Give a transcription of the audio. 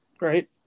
right